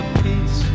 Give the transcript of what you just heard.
peace